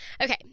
Okay